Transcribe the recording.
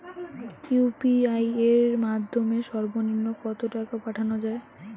UPI এর মাধ্যমে সর্ব নিম্ন কত টাকা পাঠানো য়ায়?